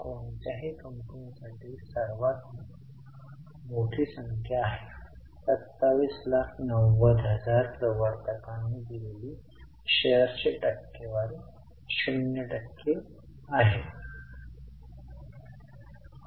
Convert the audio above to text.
आपण करा नंतर निव्वळ नफा करा पूर्वी निव्वळ नफा आणि नंतर काही विशिष्ट वस्तूसाठी समायोजन करतो